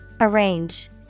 Arrange